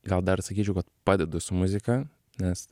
gal dar sakyčiau kad padedu su muzika nes